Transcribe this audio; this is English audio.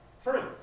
further